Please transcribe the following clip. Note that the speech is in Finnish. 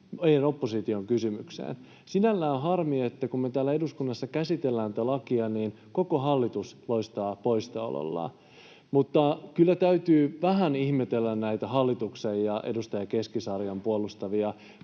meidän opposition kysymykseen. Sinällään on harmi, että kun me täällä eduskunnassa käsitellään tätä lakia, niin koko hallitus loistaa poissaolollaan. Mutta kyllä täytyy vähän ihmetellä näitä hallituksen ja edustaja Keskisarjan puolustavia